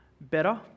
better